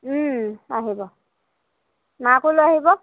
আহিব মাকো লৈ আহিব